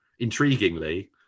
intriguingly